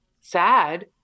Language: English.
sad